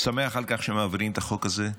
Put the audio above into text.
שמח על כך שמעבירים את החוק הזה.